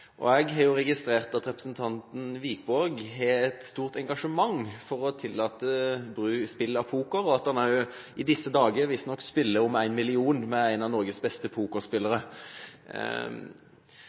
Jeg har registrert at representanten Wiborg har et stort engasjement for å tillate spill av poker, og at han i disse dager visstnok spiller om 1 mill. kr med en av Norges beste